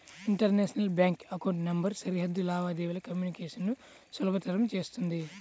international bank account number సరిహద్దు లావాదేవీల communication ను సులభతరం చేత్తుంది